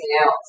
else